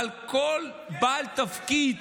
אבל כל בעל תפקיד,